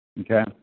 Okay